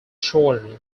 shorter